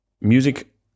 music